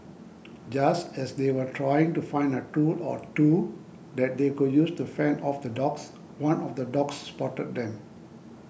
just as they were trying to find a tool or two that they could use to fend off the dogs one of the dogs spotted them